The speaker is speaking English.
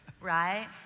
right